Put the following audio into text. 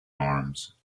arms